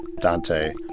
Dante